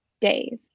days